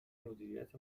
مدیریت